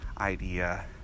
idea